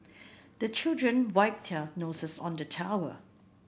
the children wipe their noses on the towel